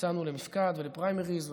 יצאנו למפקד ולפריימריז,